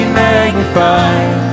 magnified